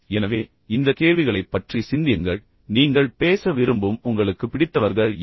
எனவே இந்த கேள்விகளைப் பற்றி சிந்தியுங்கள் நீங்கள் பேச விரும்பும் உங்களுக்கு பிடித்தவர்கள் யார்